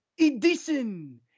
edition